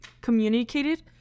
communicated